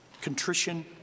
contrition